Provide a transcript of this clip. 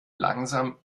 langsam